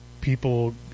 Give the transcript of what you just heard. people